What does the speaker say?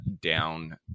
down